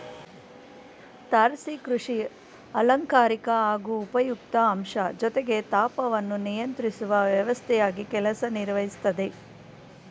ತಾರಸಿ ಕೃಷಿ ಅಲಂಕಾರಿಕ ಹಾಗೂ ಉಪಯುಕ್ತ ಅಂಶ ಜೊತೆಗೆ ತಾಪವನ್ನು ನಿಯಂತ್ರಿಸುವ ವ್ಯವಸ್ಥೆಯಾಗಿ ಕೆಲಸ ನಿರ್ವಹಿಸ್ತದೆ